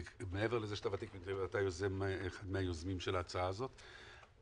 ומעבר לזה שאתה ותיק אתה אחד מהיוזמים של ההצעה הזאת,